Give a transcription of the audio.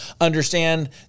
understand